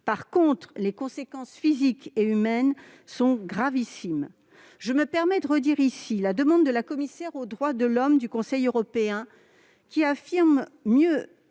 revanche, les conséquences physiques et humaines sont gravissimes. Je me permets de rappeler ici la demande de la commissaire aux droits de l'homme du Conseil de l'Europe de